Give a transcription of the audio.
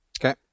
Okay